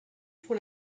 pour